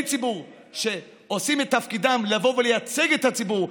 הציבור שעושים את תפקידם לבוא ולייצג את הציבור,